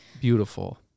Beautiful